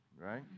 right